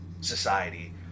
society